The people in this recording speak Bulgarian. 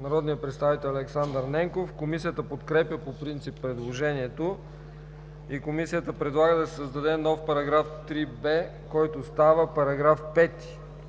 народния представител Александър Ненков. Комисията подкрепя по принцип предложението. Комисията предлага да се създаде нов § 3б, който става § 5: „§ 5.